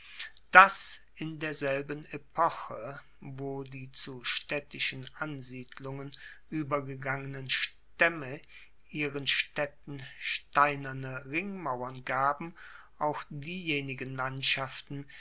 dass in derselben epoche wo die zu staedtischen ansiedlungen uebergegangenen staemme ihren staedten steinerne ringmauern gaben auch diejenigen landschaften